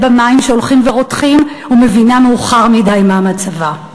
במים שהולכים ורותחים ומבינה מאוחר מדי מה מצבה.